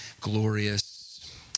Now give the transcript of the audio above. glorious